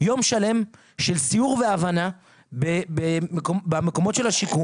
יום שלם של סיור והבנה במקומות של השיקום.